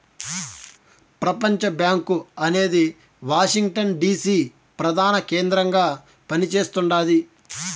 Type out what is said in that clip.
ప్రపంచబ్యాంకు అనేది Washington DC ప్రదాన కేంద్రంగా పని చేస్తుండాది